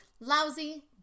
lousy